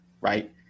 right